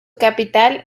capital